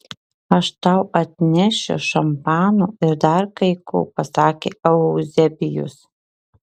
aš tau atnešiu šampano ir dar kai ko pasakė euzebijus